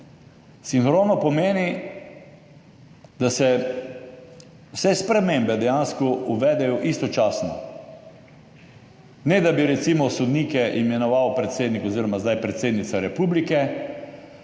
Sinhrono pomeni, da se vse spremembe dejansko uvedejo istočasno, ne da bi recimo sodnike imenoval predsednik oziroma zdaj predsednica republike,